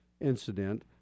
incident